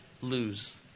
lose